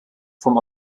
vom